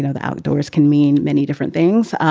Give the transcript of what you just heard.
the outdoors can mean many different things.